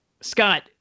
Scott